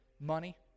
money